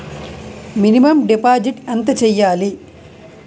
Minimum deposit ఎంత చెయ్యాలి?